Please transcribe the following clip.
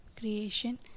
creation